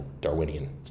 darwinian